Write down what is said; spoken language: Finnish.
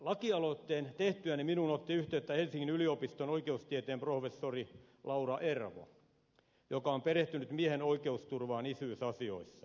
lakialoitteen tehtyäni minuun otti yhteyttä helsingin yliopiston oikeustieteen professori laura ervo joka on perehtynyt miehen oikeusturvaan isyysasioissa